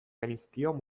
genizkion